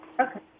Okay